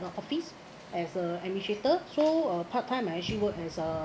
the office as a administrator so ah part-time I actually work as a